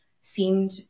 seemed